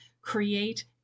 create